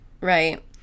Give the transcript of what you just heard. right